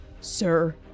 Sir